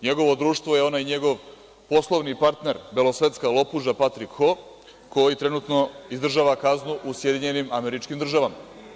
Njegovo društvo je onaj njegov poslovni partner, belosvetska lopuža Patrik Ho koji trenutno izdržava kaznu u SAD.